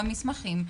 במסמכים,